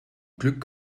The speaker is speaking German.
glück